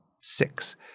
Six